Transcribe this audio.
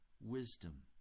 wisdom